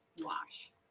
wash